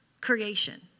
creation